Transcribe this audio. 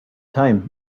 time